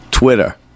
Twitter